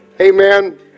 Amen